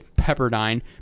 Pepperdine